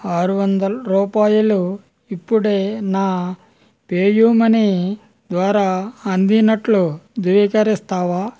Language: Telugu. ఆరు వందల రూపాయలు ఇప్పుడే నా పేయూమనీ ద్వారా అందినట్లు ధృవీకరిస్తావా